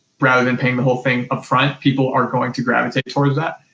rather than paying the whole thing upfront, people are going to gravitate towards that.